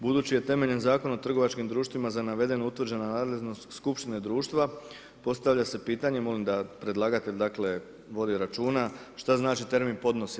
Budući da je temeljem Zakona o trgovačkim društvima, za navedeno utvrđena nadležnost skupštine društva, postavlja se pitanje, molim da predlagatelj, dakle, vodi računa, šta znači termin podnosi.